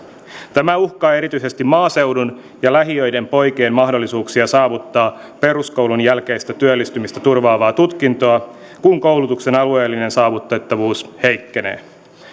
tämä uhkaa erityisesti maaseudun ja lähiöiden poikien mahdollisuuksia saavuttaa peruskoulun jälkeistä työllistymistä turvaavaa tutkintoa kun koulutuksen alueellinen saavutettavuus heikkenee